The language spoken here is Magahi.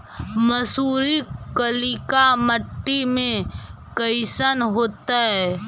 मसुरी कलिका मट्टी में कईसन होतै?